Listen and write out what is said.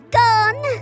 gone